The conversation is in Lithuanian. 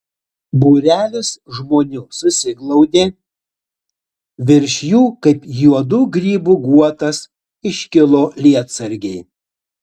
būrelis žmonių susiglaudė virš jų kaip juodų grybų guotas iškilo lietsargiai